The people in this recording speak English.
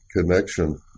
connection